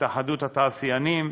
התאחדות התעשיינים,